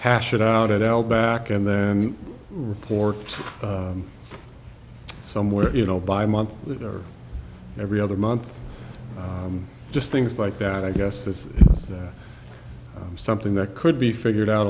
hash it out it out back and then report it somewhere you know by month or every other month just things like that i guess this is something that could be figured out